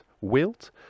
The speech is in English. wilt